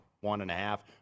one-and-a-half